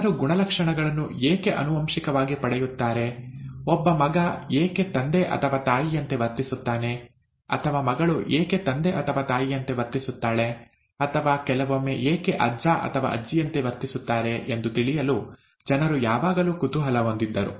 ಜನರು ಗುಣಲಕ್ಷಣಗಳನ್ನು ಏಕೆ ಆನುವಂಶಿಕವಾಗಿ ಪಡೆಯುತ್ತಾರೆ ಒಬ್ಬ ಮಗ ಏಕೆ ತಂದೆ ಅಥವಾ ತಾಯಿಯಂತೆ ವರ್ತಿಸುತ್ತಾನೆ ಅಥವಾ ಮಗಳು ಏಕೆ ತಂದೆ ಅಥವಾ ತಾಯಿಯಂತೆ ವರ್ತಿಸುತ್ತಾಳೆ ಅಥವಾ ಕೆಲವೊಮ್ಮೆ ಏಕೆ ಅಜ್ಜ ಅಥವಾ ಅಜ್ಜಿಯಂತೆ ವರ್ತಿಸುತ್ತಾರೆ ಎಂದು ತಿಳಿಯಲು ಜನರು ಯಾವಾಗಲೂ ಕುತೂಹಲ ಹೊಂದಿದ್ದರು